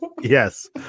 yes